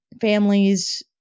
families